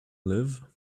live